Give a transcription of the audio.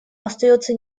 остается